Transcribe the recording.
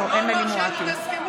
הסכמים.